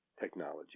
technology